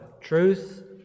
Truth